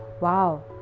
Wow